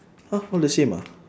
!huh! all the same ah